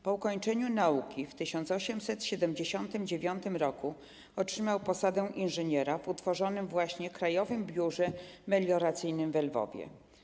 Po ukończeniu nauki w 1879 r. otrzymał posadę inżyniera w utworzonym właśnie Krajowym Biurze Melioracyjnym we Lwowie.